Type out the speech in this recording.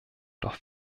doch